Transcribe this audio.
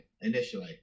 initially